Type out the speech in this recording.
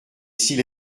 s’il